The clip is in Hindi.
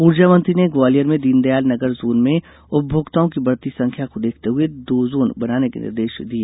ऊर्जा मंत्री ने ग्वालियर में दीनदयाल नगर जोन में उपभोक्ताओं की बढ़ती संख्या को देखते हए दो जोन बनाने के निर्देश दिए